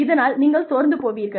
இதனால் நீங்கள் சோர்ந்து போவீர்கள்